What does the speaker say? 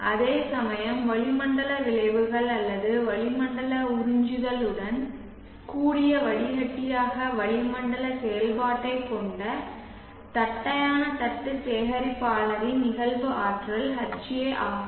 அதேசமயம் வளிமண்டல விளைவுகள் அல்லது வளிமண்டல உறிஞ்சுதலுடன் கூடிய வடிகட்டியாக வளிமண்டல செயல்பாட்டைக் கொண்ட தட்டையான தட்டு சேகரிப்பாளரின் நிகழ்வு ஆற்றல் Ha ஆகும்